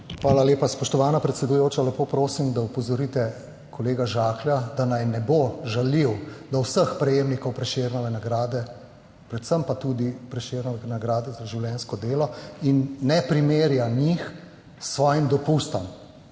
Hvala lepa. Spoštovana predsedujoča, lepo prosim, da opozorite kolega Žaklja, da naj ne bo žaljiv do vseh prejemnikov Prešernove nagrade, predvsem pa tudi Prešernove nagrade za življenjsko delo in ne primerja njih s svojim dopustom.